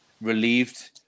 relieved